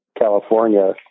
California